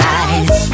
eyes